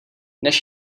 než